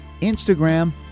Instagram